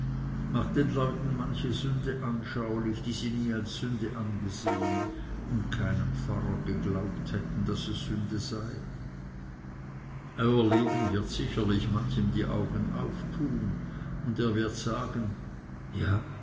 macht den leuten manche sünde anschaulich die sie nie als sünde angesehen und keinem pfarrer geglaubt hätten daß es sünde sei euer leben wird sicherlich manchem die augen auftun und er wird sagen ja